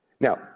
Now